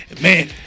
Man